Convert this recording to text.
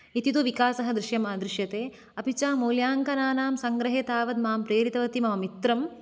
इति तु विकासः दृश्यमा दृश्यते अपि च मूल्याङ्कनानां सङ्ग्रहे तावत् मां प्रेरितवति मम मित्रं